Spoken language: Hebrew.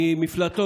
היא מפלטו,